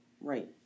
right